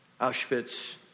Auschwitz